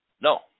no